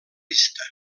vista